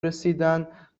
رسیدن